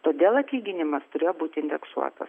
todėl atlyginimas turėjo būti indeksuota